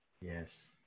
yes